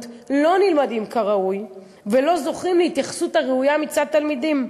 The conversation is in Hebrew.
לא נלמדים כראוי ולא זוכים להתייחסות ראויה מצד תלמידים,